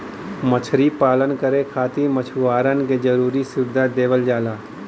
मछरी पालन करे खातिर मछुआरन के जरुरी सुविधा देवल जाला